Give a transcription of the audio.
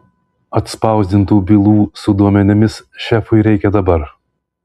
atspausdintų bylų su duomenimis šefui reikia dabar